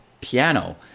piano